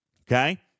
Okay